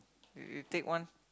you you take one